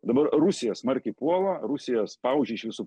dabar rusija smarkiai puola rusija spaudžia iš visų